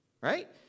right